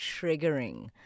triggering